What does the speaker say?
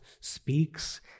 speaks